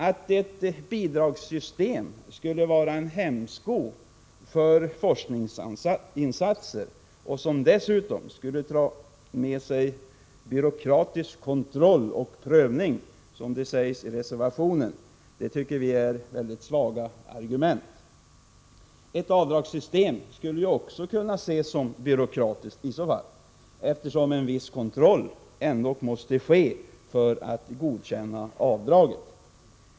Att ett bidragssystem skulle vara en hämsko för forskningsinsatser och dessutom dra med sig byråkratisk kontroll och prövning, som det sägs i reservationen, tycker vi är svaga argument. Ett avdragssystem skulle ju i så fall också kunna ses som byråkratiskt, eftersom en viss kontroll måste ske för att avdraget skall godkännas.